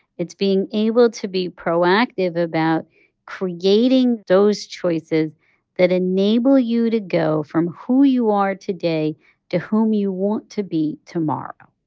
it's being able to be proactive about creating those choices that enable you to go from who you are today to whom you want to be tomorrow.